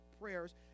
prayers